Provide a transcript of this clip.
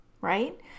right